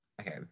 okay